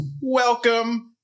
Welcome